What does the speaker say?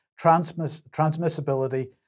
transmissibility